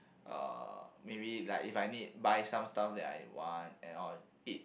uh maybe like if I need buy some stuff that I want and or eat